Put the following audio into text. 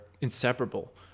inseparable